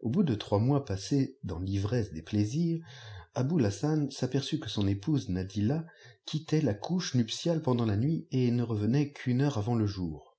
au bout de trois mois passés dans l'ivresse des plaisirs aboul hassan s'aperçut que son épouse nadilla quittait la couche nuptiale pendant la nuit et ne revenait qu'une heure avant le jour